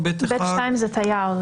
אשרה ב/2 זאת אשרת תייר.